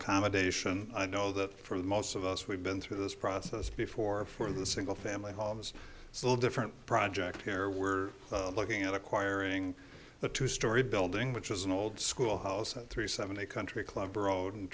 accommodation i know that for most of us we've been through this process before for the single family homes it's a little different project here we're looking at acquiring the two story building which is an old school house at three seven a country club road and